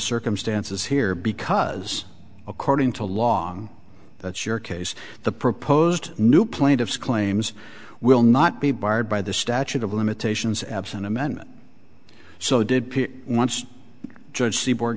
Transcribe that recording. circumstances here because according to long that's your case the proposed new plaintiff's claims will not be barred by the statute of limitations absent amendment so did once judge seaboard